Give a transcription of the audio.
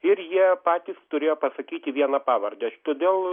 ir jie patys turėjo pasakyti vieną pavardę todėl